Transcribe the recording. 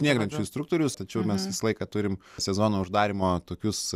snieglenčių instruktorius tačiau mes visą laiką turim sezono uždarymo tokius